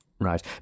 Right